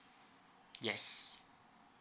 yes